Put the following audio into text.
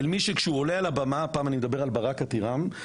מישהו כשהוא עולה על הבמה כמו ברק אתירם,